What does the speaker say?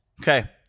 Okay